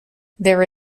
there